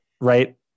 right